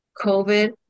COVID